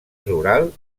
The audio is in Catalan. rural